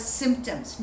symptoms